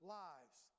lives